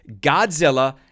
Godzilla